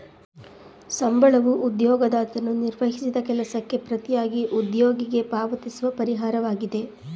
ಸಂಬಳವೂ ಉದ್ಯೋಗದಾತನು ನಿರ್ವಹಿಸಿದ ಕೆಲಸಕ್ಕೆ ಪ್ರತಿಯಾಗಿ ಉದ್ಯೋಗಿಗೆ ಪಾವತಿಸುವ ಪರಿಹಾರವಾಗಿದೆ